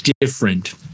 different